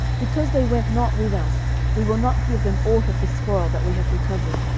because they went not with us, we will not give them ought of the spoil that we have recovered,